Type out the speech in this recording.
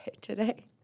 today